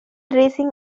racing